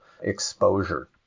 exposure